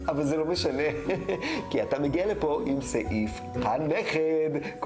בדיוק, אז זה משמיץ, משקר, לא נכון, לא מציאותי.